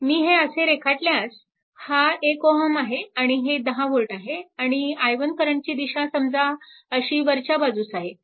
मी हे असे रेखाटल्यास हा 1 Ω आहे आणि हे 10V आहे आणि i1 करंटची दिशा समजा अशी वरच्या बाजूस आहे